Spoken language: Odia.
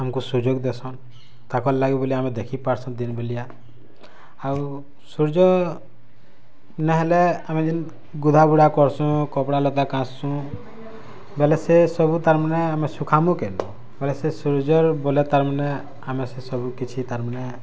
ଆମ୍କୁ ସୁଯୋଗ୍ ଦେସନ୍ ତାକର୍ ଲାଗି ବଏଲେ ଆମେ ଦେଖି ପାର୍ସୁଁ ଦିନ୍ ବେଲିଆ ଆଉ ସୂର୍ଯ୍ୟ ନାହେଲେ ଆମେ ଯେନ୍ ଗୁଦା ଗୁଡ଼ା କର୍ସୁ କପ୍ଡ଼ା ଲତା କାଚ୍ସୁ ବଏଲେ ସେ ସବୁ ତାର୍ମାନେ ଆମେ ସୁଖାମୁ କେନ ବଏଲେ ସେ ସୂର୍ଯ୍ୟ ବଏଲେ ତାର୍ମାନେ ଆମେ ସେସବୁ କିଛି ତାର୍ମାନେ